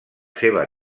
seva